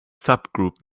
subgroup